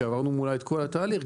שעברנו מולה את כל התהליך,